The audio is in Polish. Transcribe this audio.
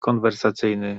konwersacyjny